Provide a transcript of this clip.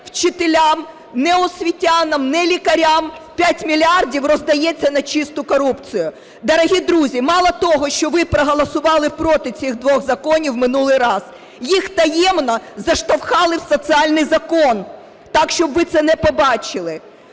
вчителям, ні освітянам, ні лікарям. 5 мільярдів роздається на чисту корупцію. Дорогі друзі, мало того, що ви проголосували проти цих двох законів в минулий раз. Їх таємно заштовхали в соціальний закон, так, щоб ви це не побачили.